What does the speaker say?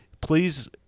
please